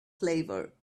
flavor